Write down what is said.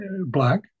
Black